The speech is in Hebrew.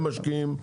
הם משקיעים,